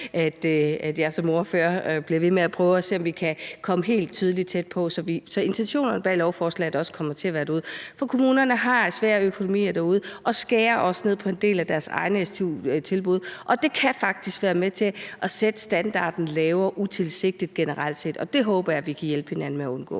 at jeg som ordfører bliver ved med at prøve at se, om vi kan komme helt tæt på, så intentionerne bag lovforslaget også kommer til at være derude. For kommunerne derude har jo nogle svære økonomier, og de skærer også ned på en del af deres egne stu-tilbud, og det kan faktisk utilsigtet være med til at sætte standarden lavere generelt set, og det håber jeg vi kan hjælpe hinanden med at undgå.